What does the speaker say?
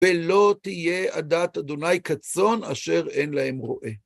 ולא תהיה עדת אדוני כצאן אשר אין להם רועה.